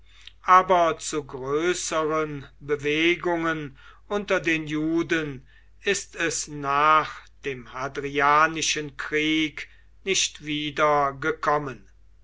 aber zu größeren bewegungen unter den juden ist es nach dem hadrianischen krieg nicht